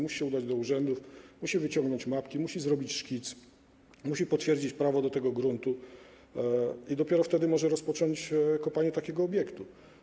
Musi się udać do urzędu, musi wyciągnąć mapki, musi zrobić szkic, musi potwierdzić prawo do tego gruntu i dopiero wtedy może rozpocząć kopanie takiego obiektu.